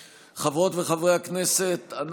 שוב את קולותיהם של חברי הכנסת שיר סגמן,